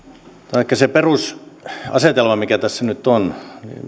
ehkä se perusasetelma mikä tässä nyt on